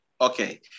Okay